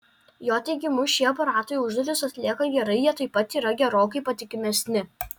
jo teigimu šie aparatai užduotis atlieka gerai jie taip pat yra gerokai patikimesni